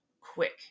quick